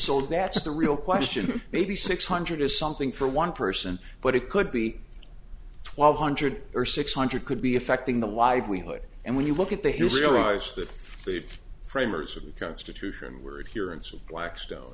so that's the real question maybe six hundred is something for one person but it could be twelve hundred or six hundred could be affecting the widely hood and when you look at the hill realize that the framers of the constitution word here and some black stone